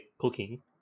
cooking